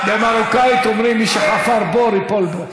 זרקה.) במרוקאית אומרים: מי שחפר בור ייפול בו.